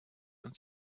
uns